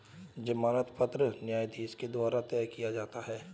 जमानत पत्र न्यायाधीश के द्वारा तय किया जाता है